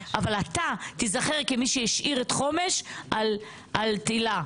אבל אתה תיזכר כמי שהשאיר את חומש על תילה.